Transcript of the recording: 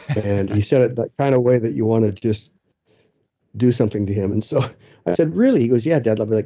and he said it kind of way that you want to just do something to him. and so really? he goes, yeah, dad. like like